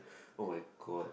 oh my god